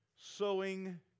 sowing